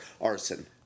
arson